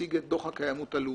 נציג את דוח הקיימות הלאומי.